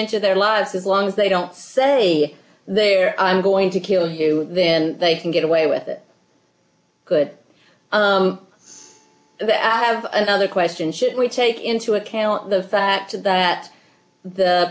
inch of their lives as long as they don't say they're going to kill you then they can get away with it could i have another question should we take into account the fact that the